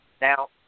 Now